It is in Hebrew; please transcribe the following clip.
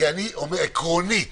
עקרונית